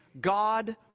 God